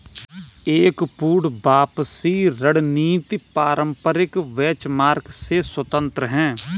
एक पूर्ण वापसी रणनीति पारंपरिक बेंचमार्क से स्वतंत्र हैं